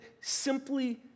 simply